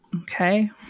Okay